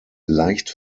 leicht